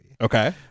Okay